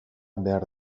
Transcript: behar